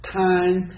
time